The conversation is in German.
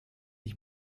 ich